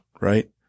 right